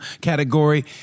category